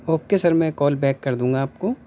okay sir میں call back کر دوں گا آپ کو